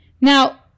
Now